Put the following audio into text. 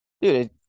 dude